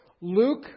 Luke